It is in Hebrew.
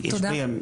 תודה.